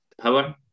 power